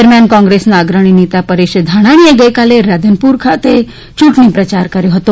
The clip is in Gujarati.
દરમિયાન કોંગ્રેસના અગ્રણી નેતા પરેશ ધાનાણીએ ગઇકાલે રાધનપુર ખાતે ચૂંટણી પ્રચાર કર્યો હતો